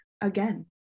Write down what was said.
again